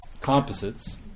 composites